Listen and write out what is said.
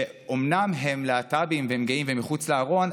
שאומנם הם להט"בים והם גאים והם מחוץ לארון,